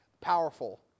powerful